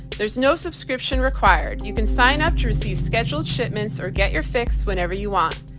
there's no subscription required. you can sign up to receive scheduled shipments or get your fix whenever you want.